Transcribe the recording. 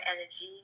energy